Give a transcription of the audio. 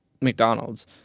McDonald's